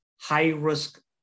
high-risk